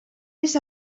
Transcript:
més